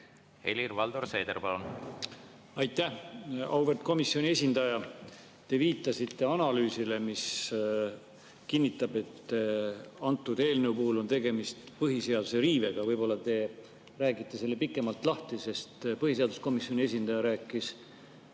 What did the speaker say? Helir-Valdor Seeder, palun! Aitäh! Auväärt komisjoni esindaja! Te viitasite analüüsile, mis kinnitab, et antud eelnõu puhul on tegemist põhiseaduse riivega. Võib-olla te räägite selle pikemalt lahti, sest põhiseaduskomisjoni esindaja rääkis